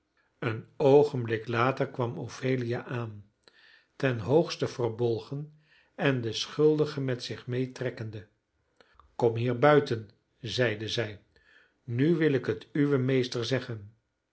een oogenblik later kwam ophelia aan ten hoogste verbolgen en de schuldige met zich medetrekkende kom hier buiten zeide zij nu wil ik het uwen meester zeggen